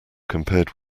compared